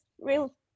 real